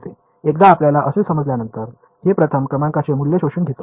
एकदा आपल्याला हे समजल्यानंतर हे प्रथम क्रमांकाचे मूल्य शोषून घेतो